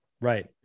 Right